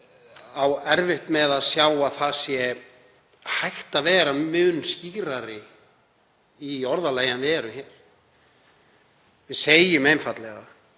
á erfitt með að sjá að hægt sé að vera mun skýrari í orðalagi en við erum hér. Við segjum einfaldlega: